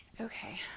Okay